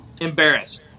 embarrassed